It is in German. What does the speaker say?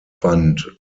fand